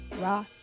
raw